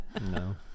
no